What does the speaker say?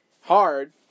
hard